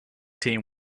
team